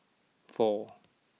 four